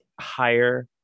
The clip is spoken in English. higher